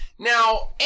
Now